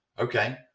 okay